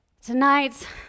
Tonight